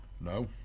No